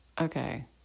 okay